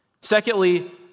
Secondly